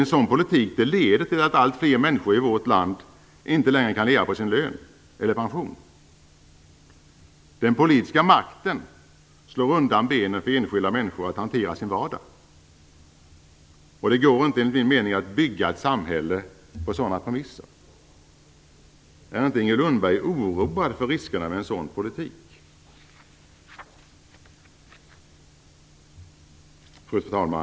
En sådan politik leder till att alltfler människor i vårt land inte längre kan leva på sin lön eller pension. Den politiska makten slår undan benen för enskilda människor när det gäller att hantera sin vardag, och det går enligt min mening inte att bygga ett samhälle på sådana premisser. Är inte Inger Lundberg oroad för riskerna med en sådan politik? Fru talman!